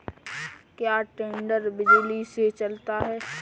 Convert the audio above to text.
क्या टेडर बिजली से चलता है?